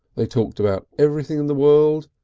they talked about everything in the world,